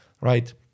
right